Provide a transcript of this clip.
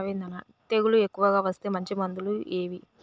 తెగులు ఎక్కువగా వస్తే మంచి మందులు ఏవి?